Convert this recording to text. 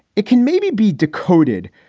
it can maybe be decoded,